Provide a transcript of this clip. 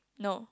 no